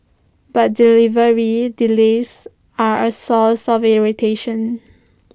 but delivery delays are A source of irritation